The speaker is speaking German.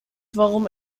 warum